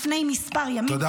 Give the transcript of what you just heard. לפני כמה ימים,